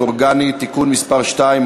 תשלום קצבאות לחיילי מילואים ולבני-משפחותיהם (תיקון מס' 6),